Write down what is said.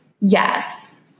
Yes